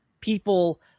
people